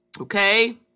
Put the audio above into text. Okay